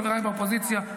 חבריי באופוזיציה,